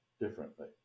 differently